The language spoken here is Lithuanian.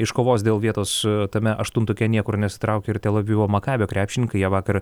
iš kovos dėl vietos tame aštuntuke niekur nesitraukė ir tel avivo makabio krepšininkai jie vakar